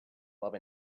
love